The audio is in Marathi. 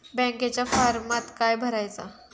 बँकेच्या फारमात काय भरायचा?